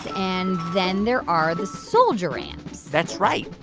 and then there are the soldiers that's right.